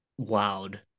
wowed